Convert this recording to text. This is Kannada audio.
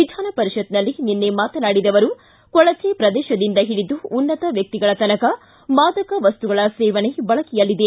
ವಿಧಾನಪರಿಷತ್ನಲ್ಲಿ ನಿನ್ನೆ ಮಾತನಾಡಿದ ಅವರು ಕೊಳಜೆ ಪ್ರದೇಶದಿಂದ ಹಿಡಿದು ಉನ್ನತ ವ್ಯಕ್ತಿಗಳ ತನಕ ಮಾದಕ ವಸ್ತುಗಳ ಸೇವನೆ ಬಳಕೆಯಲ್ಲಿದೆ